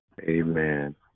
Amen